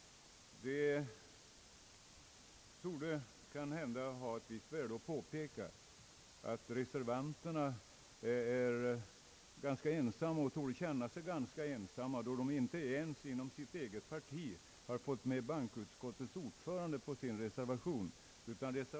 Det torde ha ett visst värde omnämna att reservanterna här är ganska "ensamma, då de inte ens inom sitt eget parti fått med utskottets ordförande på sin reservation.